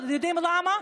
אתם יודעים למה?